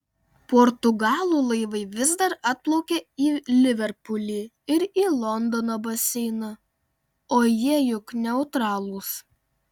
portugalų laivai vis dar atplaukia į liverpulį ir į londono baseiną o jie juk neutralūs